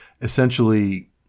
essentially